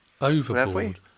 Overboard